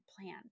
plan